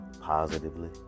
positively